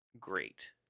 Great